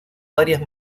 varias